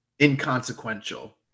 inconsequential